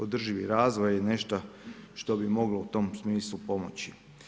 Održivi razvoj je nešto što bi moglo u tom smislu pomoći.